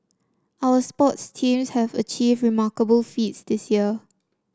our sports teams have achieved remarkable feats this year